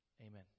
Amen